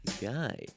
guy